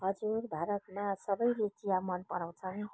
हजुर भारतमा सबैले चिया मन पराउँछन्